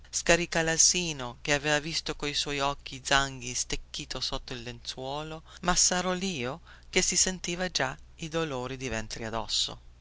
dallangoscia scaricalasino che aveva visto coi suoi occhi zanghi stecchito sotto il lenzuolo massaro lio che si sentiva già i dolori di ventre addosso